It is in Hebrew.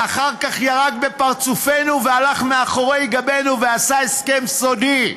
ואחר כך ירק בפרצופנו והלך מאחורי גבנו ועשה הסכם סודי,